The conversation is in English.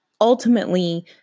ultimately